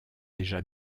déjà